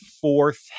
fourth